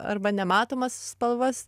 arba nematomas spalvas